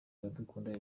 iradukunda